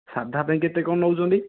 ସାଧା ପାଇଁ କେତେ କ'ଣ ନେଉଛନ୍ତି